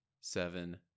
seven